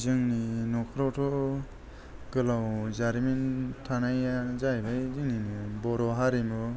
जोंनि नखरावथ' गोलाव जारिमिन थानाया जाहैबाय जोंनि बर' हारिमु